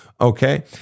okay